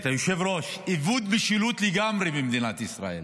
איבוד משילות לגמרי במדינת ישראל.